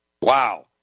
Wow